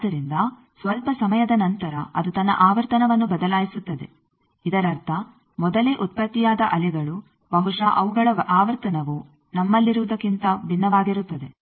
ಆದ್ದರಿಂದ ಸ್ವಲ್ಪ ಸಮಯದ ನಂತರ ಅದು ತನ್ನ ಆವರ್ತನವನ್ನು ಬದಲಾಯಿಸುತ್ತದೆ ಇದರರ್ಥ ಮೊದಲೇ ಉತ್ಪತ್ತಿಯಾದ ಅಲೆಗಳು ಬಹುಶಃ ಅವುಗಳ ಆವರ್ತನವು ನಮ್ಮಲ್ಲಿರುವುದಕ್ಕಿಂತ ಭಿನ್ನವಾಗಿರುತ್ತದೆ